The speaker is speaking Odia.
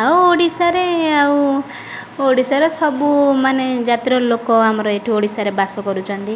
ଆଉ ଓଡ଼ିଶାରେ ଆଉ ଓଡ଼ିଶାର ସବୁ ମାନେ ଜାତିର ଲୋକ ଆମର ଏଠି ଓଡ଼ିଶାରେ ବାସ କରୁଛନ୍ତି